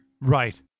Right